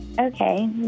Okay